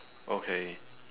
okay